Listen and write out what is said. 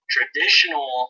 Traditional